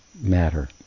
matter